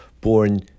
born